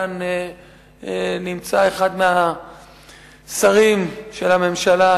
ונמצא כאן אחד מהשרים של הממשלה,